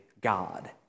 God